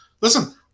Listen